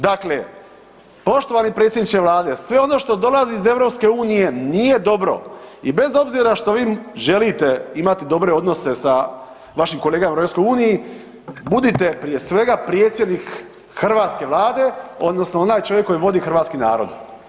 Dakle, poštovani predsjedniče Vlade, sve ono što dolazi iz EU nije dobro i bez obzira što vi želite imati dobre odnose sa vašim kolegama u EU budite prije svega predsjednik hrvatske Vlade odnosno onaj čovjek koji vodi hrvatski narod.